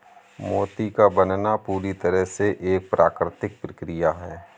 मोती का बनना पूरी तरह से एक प्राकृतिक प्रकिया है